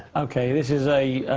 ok, this is a.